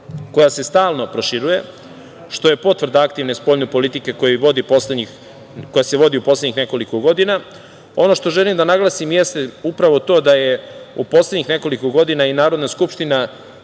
koja se stalno proširuje, što je potvrda aktivne spoljne politike, koja se vodi u poslednjih nekoliko godina. Ono što želim da naglasim jeste upravo to da je u poslednjih nekoliko godina i Narodna skupština